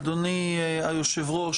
אדוני היושב ראש,